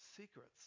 secrets